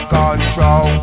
control